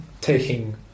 taking